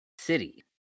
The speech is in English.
city